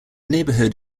neighbourhood